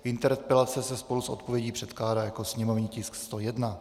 Interpelace se spolu s odpovědí předkládá jako sněmovní tisk číslo 101.